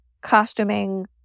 costuming